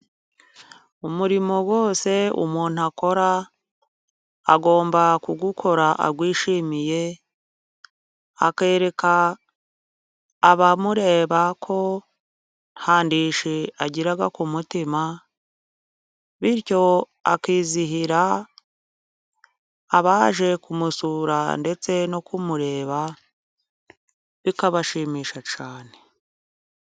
Umurimo wose umuntu akora agomba kuwukora awishimiye. Akereka abamureba ko nta ndishyi agira ku mutima, bityo akizihira abaje kumusura ndetse no kumureba, bikabashimisha cyane.